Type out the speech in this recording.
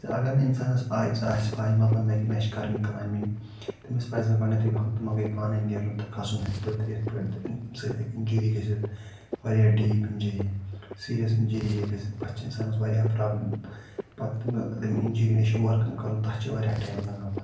زِ اگر نہٕ اِنسانَس آسہِ پَے مَطلَب مےٚ کیٚمہِ آیہِ چھِ کَرٕنۍ کٕلایمبِنٛگ تٔمِس پَزِ نہٕ گۄڈٕنٮ۪تھٕے ہَنٛگتہٕ مَنٛگے پانَے نیرُن تہٕ کھَسُن ہُتھ پٲٹھۍ تہٕ یِتھ پٲٹھۍ تہٕ اَمہِ سۭتۍ ہٮ۪کہِ اِنجٕری گٔژھِتھ واریاہ ڈیٖپ اِنجٕری سیٖریَس اِنجٕری ہیٚکہِ گٔژھِتھ پَتہٕ چھِ اِنسانَس واریاہ پرٛابلِم پَتہٕ تَمہِ اِنجٕری نِش اوٚوَر کَم کَرُن تَتھ چھِ واریاہ ٹایم لگان پَتہٕ